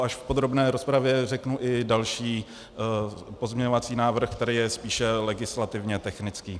Až v podrobné rozpravě řeknu i další pozměňovací návrh, který je spíše legislativně technický.